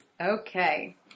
okay